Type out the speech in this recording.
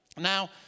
Now